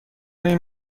این